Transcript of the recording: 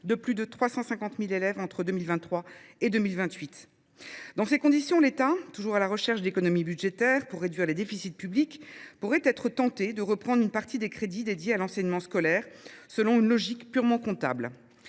de plus de 350 000 élèves entre 2023 et 2028. Dans ces conditions, l’État, qui est toujours à la recherche d’économies budgétaires pour réduire les déficits publics, pourrait être tenté de reprendre une partie des crédits affectés à l’enseignement scolaire, selon une logique purement comptable.